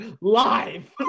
live